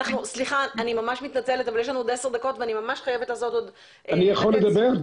אני מתנצלת אבל יש לנו עוד זמן מועט ואני חייבת לתת לאחרים לדבר.